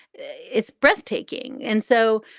it's breathtaking. and so